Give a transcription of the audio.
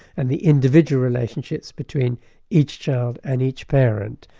and the individual relationships between each child and each parent,